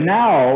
now